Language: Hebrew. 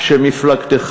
את זיכרונך, אתה